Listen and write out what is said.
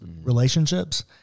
relationships